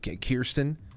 Kirsten